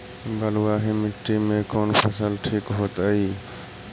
बलुआही मिट्टी में कौन फसल ठिक होतइ?